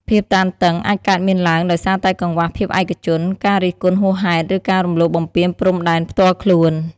ភាពតានតឹងអាចកើតមានឡើងដោយសារតែកង្វះភាពឯកជន ការរិះគន់ហួសហេតុ ឬការរំលោភបំពានព្រំដែនផ្ទាល់ខ្លួន។